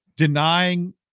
Denying